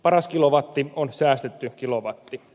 paras kilowatti on säästetty kilowatti